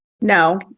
No